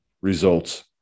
results